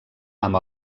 amb